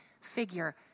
figure